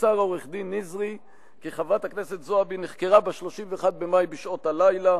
מסר עורך-הדין נזרי כי חברת הכנסת זועבי נחקרה ב-31 במאי בשעות הלילה,